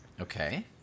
Okay